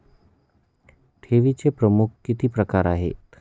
ठेवीचे प्रमुख किती प्रकार आहेत?